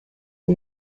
and